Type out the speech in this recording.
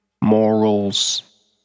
morals